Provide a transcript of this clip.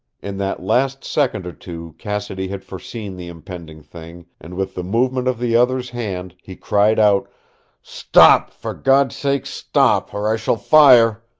in that last second or two cassidy had foreseen the impending thing, and with the movement of the other's hand he cried out stop! for god's sake stop or i shall fire!